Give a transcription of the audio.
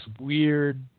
weird